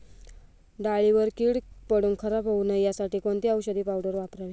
डाळीवर कीड पडून खराब होऊ नये यासाठी कोणती औषधी पावडर वापरावी?